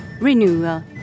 renewal